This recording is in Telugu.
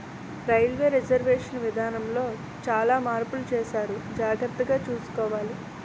రైల్వే రిజర్వేషన్ విధానములో సాలా మార్పులు సేసారు జాగర్తగ సూసుకోవాల